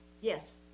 yes